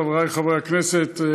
חברי חברי הכנסת,